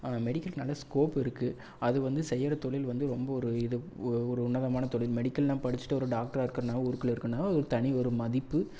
மெடிக்கலுக்கு நல்ல ஸ்கோப் இருக்கு அது வந்து செய்கிற தொழில் வந்து ரொம்ப இது ஒரு உன்னதமான தொழில் மெடிக்கல்லாம் படிச்சிட்டு ஒரு டாக்டரா இருக்கேன்னா ஒரு ஊருக்குள்ள இருக்கேனா ஒரு தனி ஒரு மதிப்பு